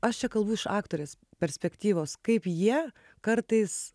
aš čia kalbu iš aktorės perspektyvos kaip jie kartais